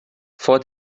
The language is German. vor